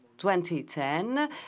2010